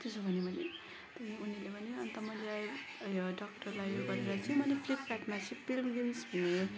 त्यसो भनेँ मैले त्यहाँदेखि उनीहरूले भन्यो अन्त मैले उयो डक्टरलाई उयो गरेर चाहिँ मैले फ्लिकार्टमा पिलग्रिम्स भन्ने